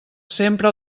sempre